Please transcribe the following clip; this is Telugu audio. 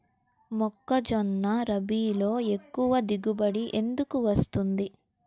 మొక్కజొన్న రబీలో ఎక్కువ దిగుబడి ఎందుకు వస్తుంది?